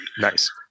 Nice